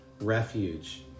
refuge